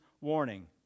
warning